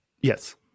Yes